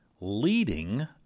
leading